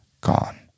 gone